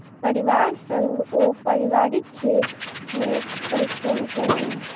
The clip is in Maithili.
परिवार संग ओ पारिवारिक खेत मे परिश्रम केलैन